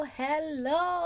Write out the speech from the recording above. hello